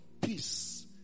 peace